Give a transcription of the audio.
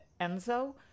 Enzo